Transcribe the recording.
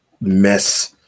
mess